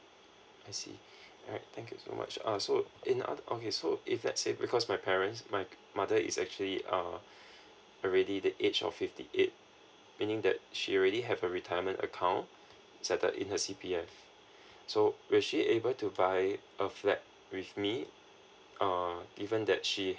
I see alright thank you so much uh so in other okay so if let's say because my parents my mother is actually uh already the age of fifty eight meaning that she already have a retirement account except that in her C_P_F so will she able to buy a flat with me uh even that she